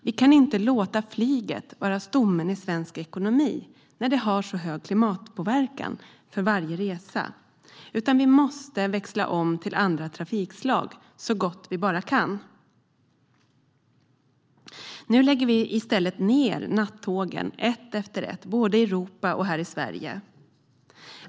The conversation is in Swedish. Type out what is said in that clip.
Vi kan inte låta flyget vara stommen i svensk ekonomi när varje resa har så hög klimatpåverkan, utan vi måste växla om till andra trafikslag så gott vi bara kan. Nu lägger vi i stället ned nattågen, ett efter ett, både i Europa och här i Sverige.